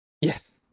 Yes